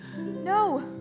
No